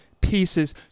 pieces